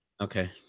Okay